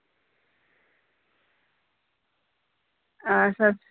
हां